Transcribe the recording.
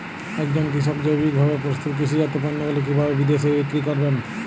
একজন কৃষক জৈবিকভাবে প্রস্তুত কৃষিজাত পণ্যগুলি কিভাবে বিদেশে বিক্রি করবেন?